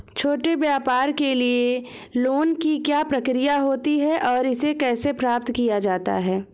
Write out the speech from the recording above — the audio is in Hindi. छोटे व्यापार के लिए लोंन की क्या प्रक्रिया होती है और इसे कैसे प्राप्त किया जाता है?